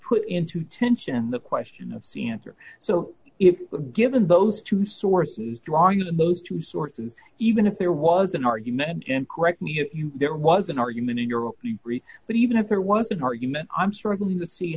put into tension the question of c answer so if given those two sources drawing the most two sources even if there was an argument in correct me if there was an argument in europe but even if there was an argument i'm struggling